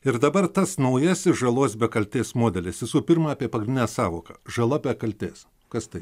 ir dabar tas naujasis žalos be kaltės modelis visų pirma apie pagrindinę sąvoką žala be kaltės kas tai